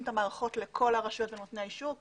את המערכות לכל רשויות נותני האישור.